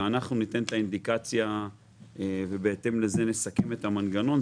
אנחנו אלה שניתן את האינדיקציה ונסכם את המנגנון.